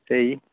स्हेई